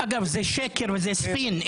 אגב, זה שקר וזה ספין.